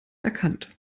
erkannt